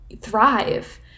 thrive